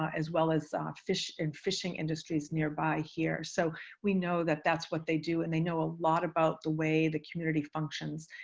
ah as well as ah in and fishing industries nearby here. so we know that that's what they do, and they know a lot about the way the community functions.